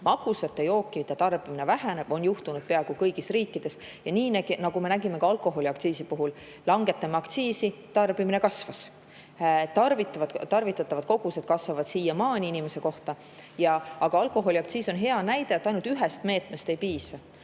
magusate jookide tarbimine väheneb. See on juhtunud peaaegu kõigis riikides. Ja nagu me nägime ka alkoholiaktsiisi puhul: langetasime aktsiisi, tarbimine kasvas. Tarvitatavad kogused inimese kohta kasvavad siiamaani. Aga alkoholiaktsiis on hea näide, et ainult ühest meetmest ei piisa.